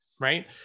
Right